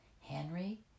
Henry